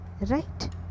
Right